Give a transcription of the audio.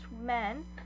men